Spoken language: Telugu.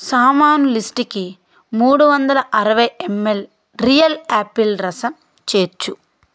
నా సామాను లిస్టుకి మూడు వందల అరవై ఎంఎల్ రియల్ యాపిల్ రసం చేర్చు